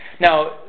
Now